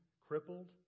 crippled